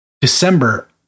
December